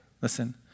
Listen